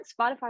Spotify